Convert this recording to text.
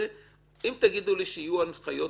אם תגידו לי שיהיו הנחיות